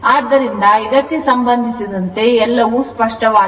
ಆದ್ದರಿಂದ ಇದಕ್ಕೆ ಸಂಬಂಧಿಸಿದಂತೆ ಎಲ್ಲವೂ ಸ್ಪಷ್ಟವಾಗಿದೆ